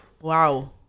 Wow